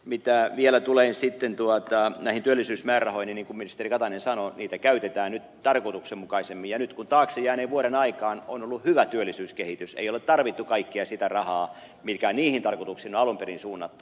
mitä vielä tulee sitten näihin työllisyysmäärärahoihin ja niin kuin ministeri katainen sanoi niitä käytetään nyt tarkoituksenmukaisemmin ja nyt kun taakse jääneen vuoden aikaan on ollut hyvä työllisyyskehitys ei ole tarvittu kaikkea sitä rahaa mikä niihin tarkoituksiin on alun perin suunnattu